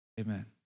Amen